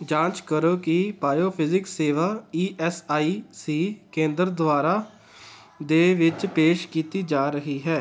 ਜਾਂਚ ਕਰੋ ਕਿ ਬਾਇਓਫਿਜ਼ਿਕਸ ਸੇਵਾ ਈ ਐੱਸ ਆਈ ਸੀ ਕੇਂਦਰ ਦੁਆਰਾ ਦੇ ਵਿੱਚ ਪੇਸ਼ ਕੀਤੀ ਜਾ ਰਹੀ ਹੈ